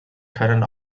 können